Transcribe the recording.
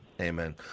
Amen